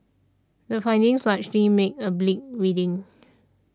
the findings largely make a bleak reading